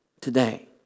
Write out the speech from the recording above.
today